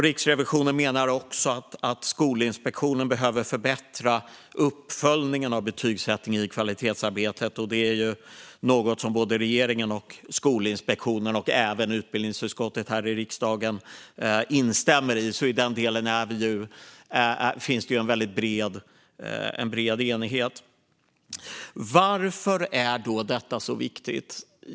Riksrevisionen menar också att Skolinspektionen behöver förbättra uppföljningen av betygsättning i kvalitetsarbetet, och det är något som både regeringen och Skolinspektionen, och även utbildningsutskottet här i riksdagen, instämmer i. I den delen finns det alltså en väldigt bred enighet. Varför är då detta så viktigt?